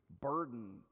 burdened